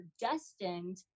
destined